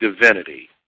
divinity